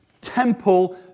temple